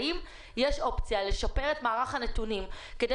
האם יש אופציה לשפר את מערך הנתונים כדי